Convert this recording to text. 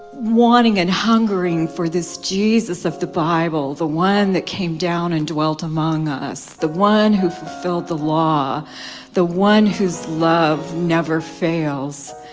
wanting and hungry for this jesus of the bible the one that came down and dwelt among us the one who fulfilled the law the one whose love never fails